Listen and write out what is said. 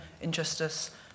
injustice